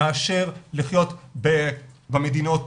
מאשר לחיות במדינות